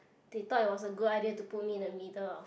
they thought it was a good idea to put me in the middle of